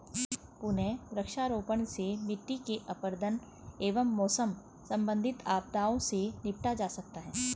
पुनः वृक्षारोपण से मिट्टी के अपरदन एवं मौसम संबंधित आपदाओं से निपटा जा सकता है